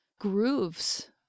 grooves